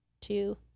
two